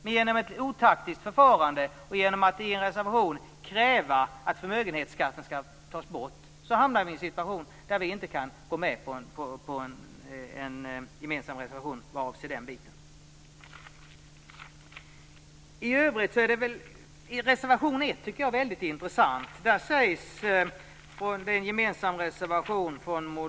Men genom ett otaktiskt förfarande och genom att i en reservation kräva att förmögenhetsskatten skall tas bort, hamnar vi i en situation där vi inte kan gå med på en gemensam reservation. Reservation 1 från Moderaterna är intressant.